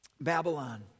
Babylon